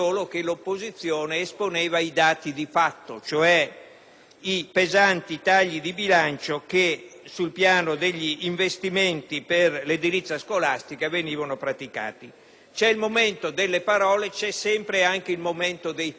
i pesanti tagli di bilancio che sul piano degli investimenti per l'edilizia scolastica venivano praticati. C'è il momento delle parole e vi è sempre il momento dei fatti: quello del bilancio è sempre un momento dei fatti.